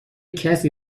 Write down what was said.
کسی